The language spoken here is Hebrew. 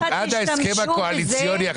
עד ההסכם הקואליציוני.